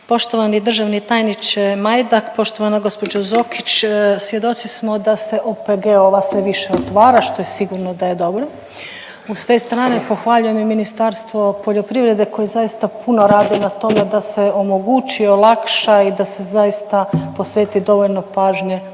Poštovani državni tajniče Majdak, poštovana gospođo Zokić, svjedoci smo da se OPG-ova sve više otvara što je sigurno da je dobro. Uz te strane pohvaljujem i Ministarstvo poljoprivrede koje zaista puno radi na tome da se omogući i olakša i da se zaista posveti dovoljno pažnje